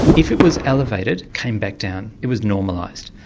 if it was elevated, came back down, it was normalised.